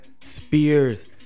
spears